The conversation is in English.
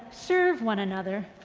serve one another.